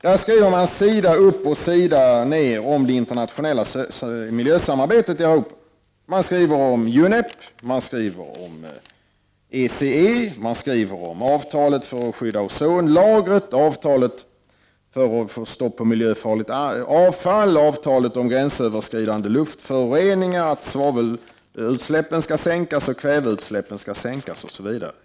Där skriver man sida upp och sida ner om det internationella miljösamarbetet i Europa. Man skriver om UNEP, om ECE, om avtalet för att skydda ozonlagret, avtalet om stopp för miljöfarligt avfall, avtalet om gränsöverskridande luftföroreningar — att svavelutsläppen och kväveutsläppen skall sänkas, osv.